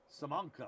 Samanka